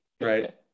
Right